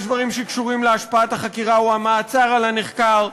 יש דברים שקשורים להשפעת החקירה או המעצר על הנחקר,